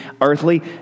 earthly